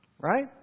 Right